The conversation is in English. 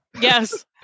Yes